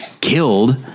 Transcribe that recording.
killed